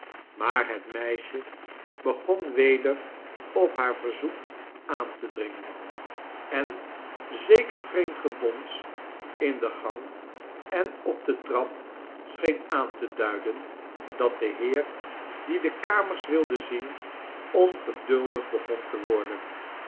maar het meisje begon weder op haar verzoek aan te dringen en zeker vreemd gebons in den gang en op de trap scheen aan te duiden dat de heer die de kamers wilde zien ongeduldig begon te worden